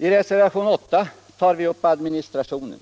I reservation 8 tar vi upp administrationen,